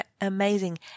amazing